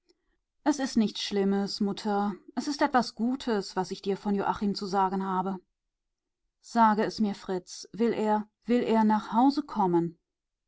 es ist nichts schlimmes mutter es ist etwas gutes was ich dir von joachim zu sagen habe sage es mir fritz will er will er nach hause kommen